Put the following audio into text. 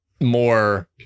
more